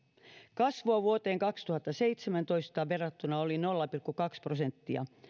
kasvua vuoteen kaksituhattaseitsemäntoista verrattuna oli nolla pilkku kaksi prosenttia